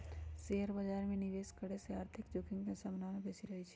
share बाजार में निवेश करे से आर्थिक जोखिम के संभावना बेशि रहइ छै